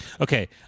Okay